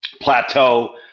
plateau